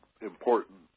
important